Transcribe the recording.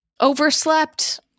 overslept